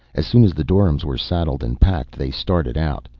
as soon as the doryms were saddled and packed they started out,